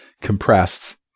compressed